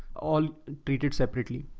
all treated separately.